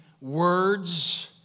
words